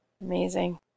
Amazing